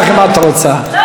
לא, זה לא בסדר.